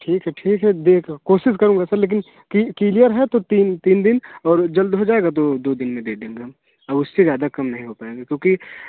ठीक है ठीक है देख कोशिश करूँगा सर लेकिन की किलयर है तो तीन तीन दिन और जल्द हो जाएगा तो दो दिन में दे देंगे हम अब उससे ज़्यादा कम नहीं हो पाएगा क्योंकि